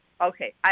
Okay